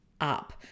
up